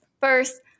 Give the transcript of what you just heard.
first